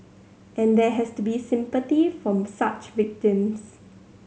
and there has to be sympathy from such victims